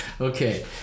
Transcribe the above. Okay